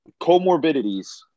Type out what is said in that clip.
Comorbidities